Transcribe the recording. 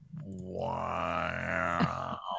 wow